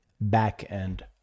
back-end